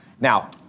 Now—